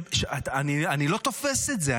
אני לא תופס את זה,